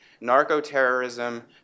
narco-terrorism